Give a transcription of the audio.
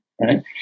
Right